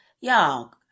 y'all